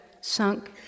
sunk